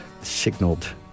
signaled